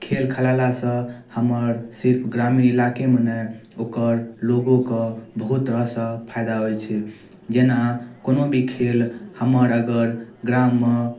खेल खेलेलासँ हमर सिर्फ ग्रामीण इलाकेमे नहि ओकर लोकोके बहुत तरहसँ फाइदा होइ छै जेना कोनो भी खेल हमर अगर गाममे